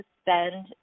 spend –